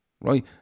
right